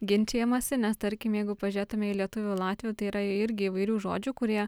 ginčijamasi nes tarkim jeigu pažiūrėtume į lietuvių latvių tai yra irgi įvairių žodžių kurie